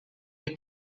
your